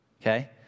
Okay